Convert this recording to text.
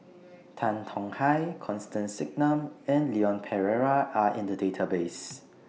Tan Tong Hye Constance Singam and Leon Perera Are in The Database